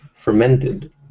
fermented